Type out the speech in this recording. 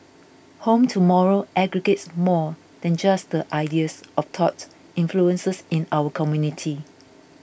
Home Tomorrow aggregates more than just the ideas of thought influences in our community